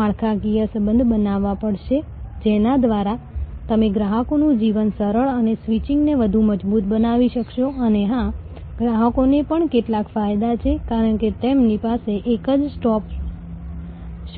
marketer તરીકે ગ્રાહકોનું network બનાવવું એ ખૂબ શક્તિશાળી બળ ગુણક બની શકે છે